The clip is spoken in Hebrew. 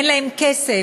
אין להם כסף,